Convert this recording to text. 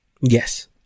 Yes